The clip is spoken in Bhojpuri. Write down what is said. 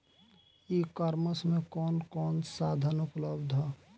ई कॉमर्स में कवन कवन साधन उपलब्ध ह?